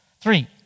Three